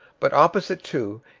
but opposite to,